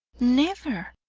never!